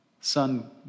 Son